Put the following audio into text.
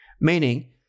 meaning